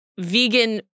vegan